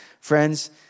Friends